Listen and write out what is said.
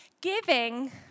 giving